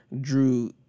drew